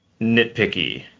nitpicky